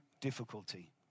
difficulty